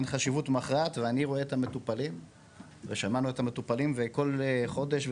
חשיבות מכרעת ואני רואה את המטופלים ושמענו את המטופלים וכל חודש,